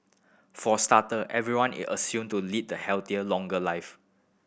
for starter everyone is assumed to lead the healthier longer life